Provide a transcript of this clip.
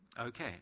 Okay